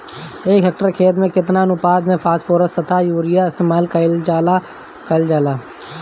एक हेक्टयर खेत में केतना अनुपात में फासफोरस तथा यूरीया इस्तेमाल कईल जाला कईल जाला?